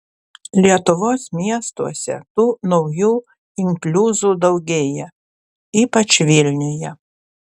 lietuvos miestuose tų naujų inkliuzų daugėja ypač vilniuje